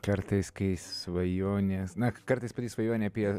kartais kai svajonės na kartais svajonė apie